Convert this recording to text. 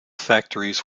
factories